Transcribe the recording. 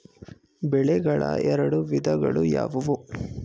ಬೆಳೆಗಳ ಎರಡು ವಿಧಗಳು ಯಾವುವು?